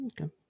Okay